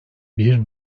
bir